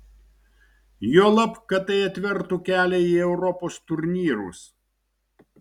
juolab kad tai atvertų kelią į europos turnyrus